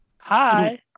Hi